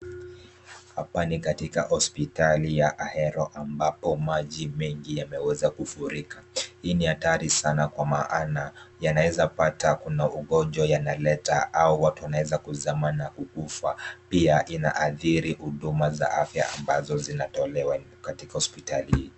Hapa ni katika hospitali ya Ahero ambapo maji mengi yameweza kufurika. Hii ni hatari sana kwa maana yanawezapata kuna ugonjwa yanaleta au watu wanaweza kuzama na kukufa. Pia inaathiri huduma za afya ambazo zinatolewa katika hospitali hii.